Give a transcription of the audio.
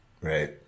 Right